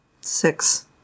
Six